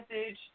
message